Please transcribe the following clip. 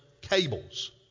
cables